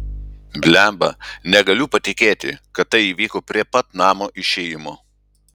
blemba negaliu patikėti kad tai įvyko prie pat namo išėjimo